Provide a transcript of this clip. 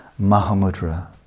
Mahamudra